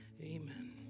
amen